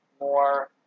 more